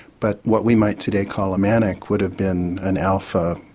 but what we might today call a manic would have been an alpha.